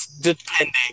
Depending